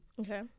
Okay